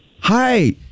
Hi